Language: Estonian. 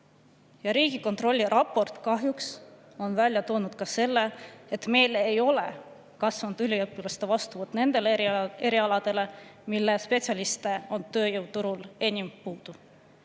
Riigikontrolli raport kahjuks on välja toonud ka selle, et meil ei ole kasvanud üliõpilaste vastuvõtt nendele erialadele, mille spetsialiste on tööjõuturul enim puudu.